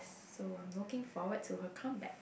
so I'm looking forward to her comeback